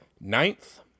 ninth